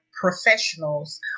professionals